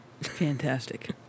Fantastic